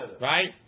right